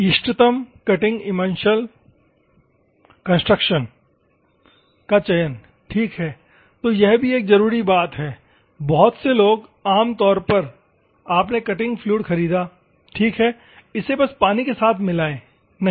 इष्टतम cutting emulsion concentration का चयन ठीक है तो ये भी एक जरूरी बात है बहुत से लोग आम तौर पर आपने कटिंग फ्लूइड खरीदा ठीक है इसे बस पानी के साथ मिलाएं नहीं